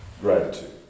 gratitude